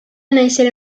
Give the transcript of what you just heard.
néixer